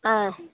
ஆ